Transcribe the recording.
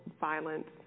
violence